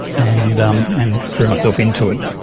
and um and threw myself into it.